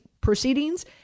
proceedings